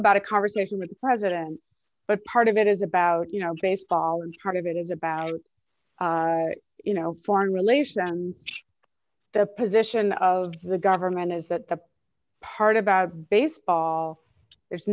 about a conversation with the president but part of it is about you know baseball and part of it is about you know foreign relations the position of the government is that the part about baseball there's